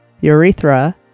urethra